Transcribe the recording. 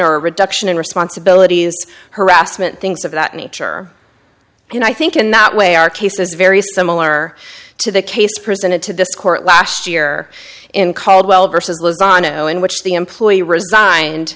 or reduction in responsibilities harassment things of that nature and i think in that way our case is very similar to the case presented to this court last year in caldwell versus lozano in which the employee r